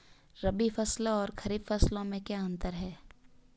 रबी फसलों और खरीफ फसलों में क्या अंतर है?